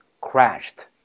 crashed